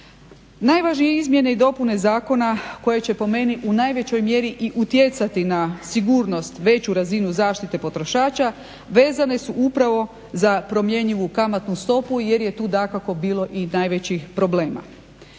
Najvažnije izmjene i dopune zakona koje će po meni u najvećoj mjeri i utjecati na sigurnost, veću razinu zaštite potrošača, vezane su upravo za promjenjivu kamatnu stopu jer je tu dakako bilo i najvećih problema.